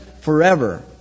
forever